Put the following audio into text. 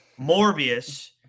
Morbius